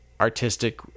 artistic